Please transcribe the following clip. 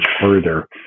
further